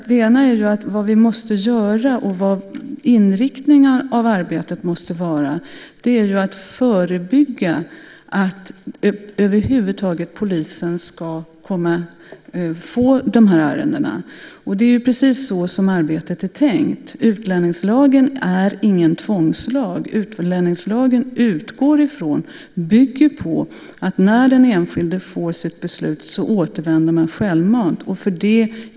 Den ena är att det vi måste göra och vad inriktningen av arbetet måste vara är att förebygga att polisen över huvud taget ska få de här ärendena. Det är precis så arbetet är tänkt. Utlänningslagen är ingen tvångslag. Utlänningslagen utgår från och bygger på att när den enskilde får sitt beslut återvänder han eller hon självmant.